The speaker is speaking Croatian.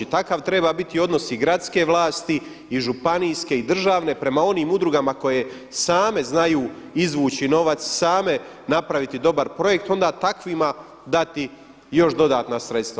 Takav treba biti odnos i gradske vlasti, i županijske i državne prema onim udrugama koje same znaju izvući novac, same napraviti dobar projekt onda takvima dati još dodatna sredstva.